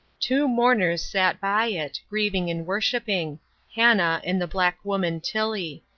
two mourners sat by it, grieving and worshipping hannah and the black woman tilly.